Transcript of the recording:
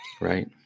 Right